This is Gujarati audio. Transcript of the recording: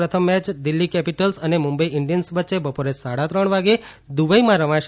પ્રથમ મેય દિલ્હી કેપીટ્લ્સ અને મુંબઈ ઈન્ડિયન્સ વચ્ચે બપોરે સાડા ત્રણ વાગે દુબઈમાં રમાશે